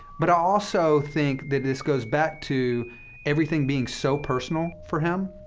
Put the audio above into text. but i also think that this goes back to everything being so personal for him,